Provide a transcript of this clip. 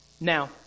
Now